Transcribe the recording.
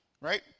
right